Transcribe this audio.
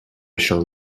shall